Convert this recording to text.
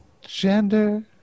Gender